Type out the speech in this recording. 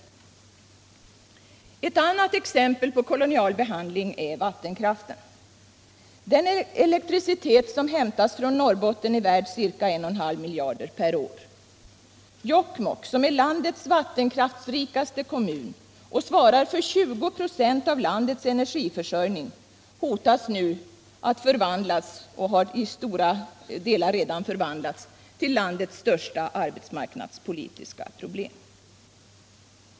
Ett annat exempel på kolonial behandling är vattenkraften. Den elektricitet som hämtas från Norrbotten är värd ca 1,5 miljarder per år. Jokkmokk som är landets vattenkraftsrikaste kommun och svarar för 20 96 av landets energiförsörjning, är nu på god väg att förvandlas till landets största arbetsmarknadspolitiska problem.